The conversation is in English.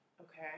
Okay